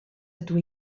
ydw